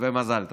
ומזל טוב.